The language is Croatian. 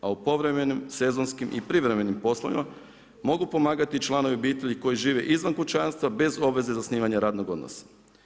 A u povremenim, sezonskim i privremenim poslovima, mogu pomagati članovi obitelji koji žive izvan kućanstva bez obveze zasnivanja radnog odnosa.